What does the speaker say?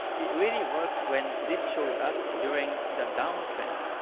it really works when this shows up during the down trend.